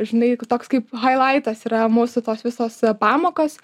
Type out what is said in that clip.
žinai kad toks kaip hailaitas yra mūsų tos visos pamokos